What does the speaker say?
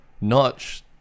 Notch